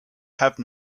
have